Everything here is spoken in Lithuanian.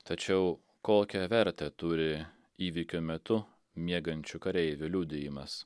tačiau kokią vertę turi įvykio metu miegančių kareivių liudijimas